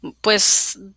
pues